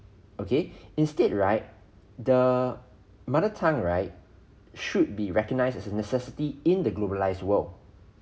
okay instead right the mother tongue right should be recognised as a necessity in the globalised world